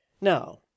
Now